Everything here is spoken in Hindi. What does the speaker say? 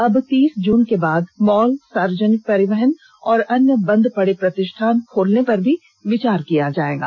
अब तीस जून के बाद मॉल सार्वजनिक परिवहन और अन्य बन्द पड़े प्रतिष्ठान खोलने पर भी विचार किए जाएंगे